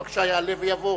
בבקשה, יעלה ויבוא